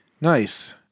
Nice